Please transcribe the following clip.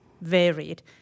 varied